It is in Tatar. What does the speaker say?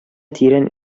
тирән